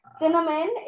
Cinnamon